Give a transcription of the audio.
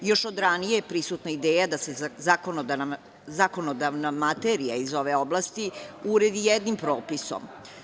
Još od ranije je prisutna ideja da se zakonodavna materija iz ove oblasti uredi jednim propisom.